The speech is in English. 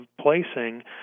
placing